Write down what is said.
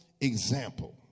example